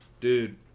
Dude